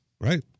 right